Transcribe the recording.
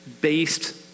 based